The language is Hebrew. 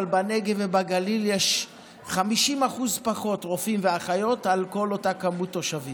אבל בנגב ובגליל יש 50% פחות רופאים ואחיות על לפי מספר התושבים.